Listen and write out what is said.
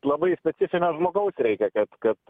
labai specifinio žmogaus reikia kad kad